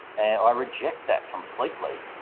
and i reject that completely.